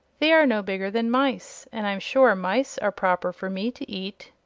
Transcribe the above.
they are no bigger than mice, and i'm sure mice are proper for me to eat.